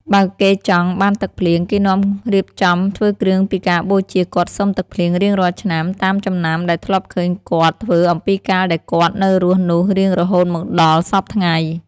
បើគេចង់ បានទឹកភ្លៀង គេនាំរៀបចំធ្វើគ្រឿងពីការបូជាគាត់សុំទឹកភ្លៀងរៀងរាល់ឆ្នាំ តាមចំណាំដែលធ្លាប់ឃើញគាត់ ធ្វើអំពីកាលដែលគាត់នៅរស់នោះរៀងរហូតមកដល់សព្វថ្ងៃ ។